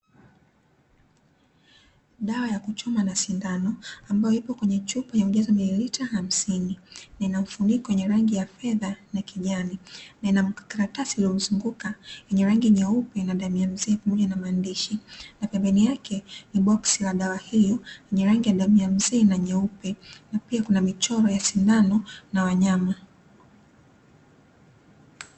Dawa ya kuchoma na sindano ambayo ipo kwenye chupa ya ujazo mililita hamsini inamfunika wenye rangi ya fedha na kijani, na ina karatasi iliyozunguka yenye rangi nyeupe na damu ya mzee pamoja na maandishi, na pembeni yake ni boksi la dawa hiyo yenye rangi ya damu ya mzee na nyeupe na pia kuna michoro ya sindano na wanyama.